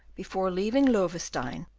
before leaving loewestein,